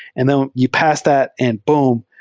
and them you pass that and, boom!